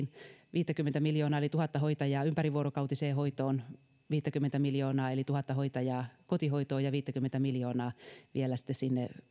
viittäkymmentä miljoonaa eli tuhatta hoitajaa ympärivuorokautiseen hoitoon viittäkymmentä miljoonaa eli tuhatta hoitajaa kotihoitoon ja viittäkymmentä miljoonaa vielä sitten sinne